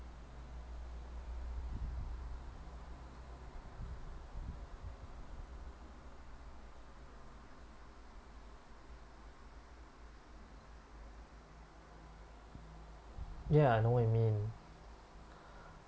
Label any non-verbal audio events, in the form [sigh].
ya I know what you mean [breath]